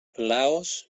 laos